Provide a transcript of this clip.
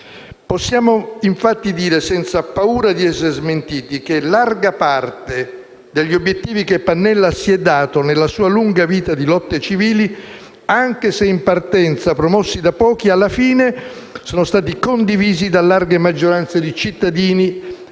Possiamo infatti dire, senza paura di essere smentiti, che larga parte degli obiettivi che Pannella si è dato nella sua lunga vita di lotte civili, anche se in partenza promossi da pochi, alla fine sono stati condivisi da larghe maggioranze di cittadini,